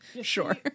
sure